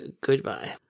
goodbye